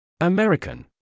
American